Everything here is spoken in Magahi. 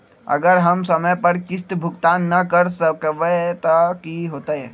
अगर हम समय पर किस्त भुकतान न कर सकवै त की होतै?